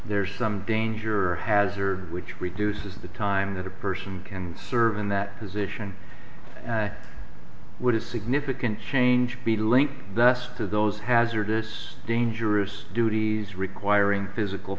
there is some danger hazard which reduces the time that a person can serve in that position would a significant change be linked to those hazardous dangerous duties requiring physical